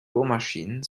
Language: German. bohrmaschinen